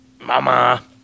mama